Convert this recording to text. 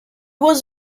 was